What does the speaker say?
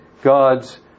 God's